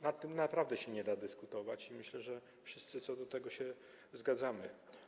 Nad tym naprawdę się nie da dyskutować i myślę, że wszyscy co do tego się zgadzamy.